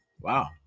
Wow